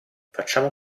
facciamo